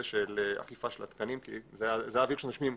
של אכיפה של התקנים כי זה האוויר שנושמים,